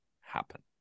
happen